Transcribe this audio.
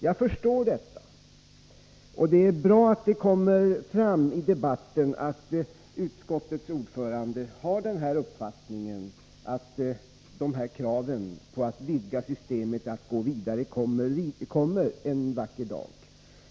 Jag förstår detta, och det är bra att det kommer fram i debatten att utskottets ordförande har uppfattningen att kraven på att vidga systemet kommer att framställas en vacker dag.